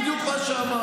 זה בדיוק מה שאמרנו.